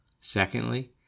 Secondly